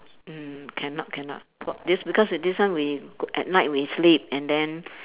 mm cannot cannot for this because with this one we at night we sleep and then